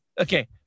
okay